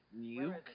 Nuke